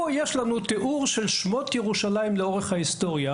ד׳ - פה יש לנו תיאור של שמות ירושלים לאורך ההיסטוריה,